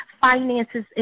finances